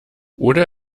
oder